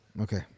Okay